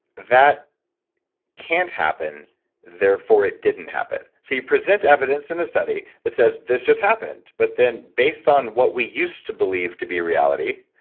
that can't happen therefore it didn't happen. so you present evidence in the study that says this just happened. but then based on what we used to believe to be reality,